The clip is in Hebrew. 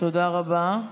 תודה רבה.